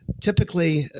Typically